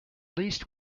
least